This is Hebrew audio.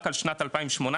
רק לע שנת 2018,